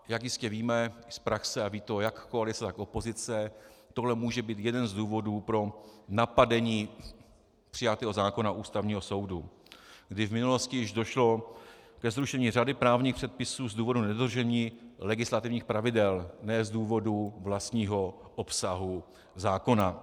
Jak jistě víme z praxe, a ví to jak koalice, tak opozice, tohle může být jeden z důvodů pro napadení přijatého zákona u Ústavního soudu, kdy v minulosti již došlo ke zrušení řady právních předpisů z důvodu nedodržení legislativních pravidel, ne z důvodu vlastního obsahu zákona.